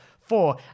four